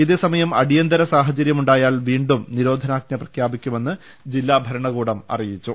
ഇതേസ മയം അടിയന്തരസാഹചര്യമുണ്ടായാൽ വീണ്ടും നിരോ ധ നാജ്ഞ പ്രഖ്യാ പിക്കു മെന്ന് ജില്ലാ ഭരണകൂടം അറിയിച്ചു